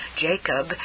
Jacob